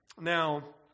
Now